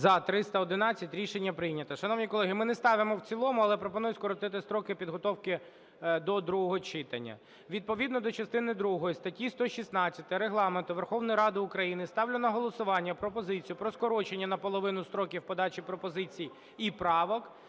За-311 Рішення прийнято. Шановні колеги, ми не ставимо в цілому, але пропоную скоротити строки підготовки до другого читання. Відповідно до частини другої статті 116 Регламенту Верховної Ради України ставлю на голосування пропозицію про скорочення наполовину строків подачі пропозицій і правок